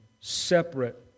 separate